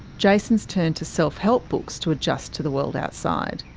jason's turned to self help books to adjust to the world outside.